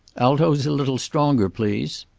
altos a little stronger, please.